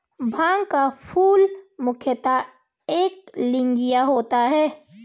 भांग का फूल मुख्यतः एकलिंगीय होता है